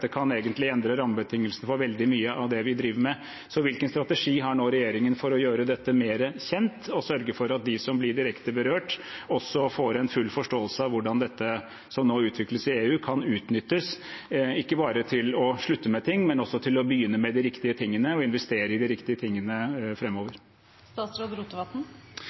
kan egentlig endre rammebetingelsene for veldig mye av det vi driver med. Så hvilken strategi har nå regjeringen for å gjøre dette mer kjent og sørge for at de som blir direkte berørt, også får en full forståelse av hvordan dette som nå utvikles i EU, kan utnyttes – ikke bare til å slutte med ting, men også til å begynne med og investere i de riktige tingene